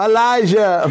Elijah